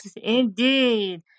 indeed